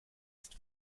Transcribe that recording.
ist